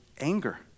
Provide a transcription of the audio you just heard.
anger